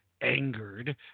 angered